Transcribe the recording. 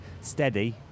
steady